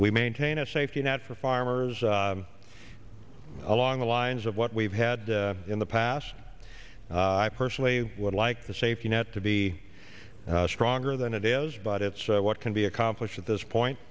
we maintain a safety net for farmers along the lines of what we've had in the past i personally would like the safety net to be stronger than it is but it's what can be accomplished at this point